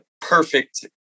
perfect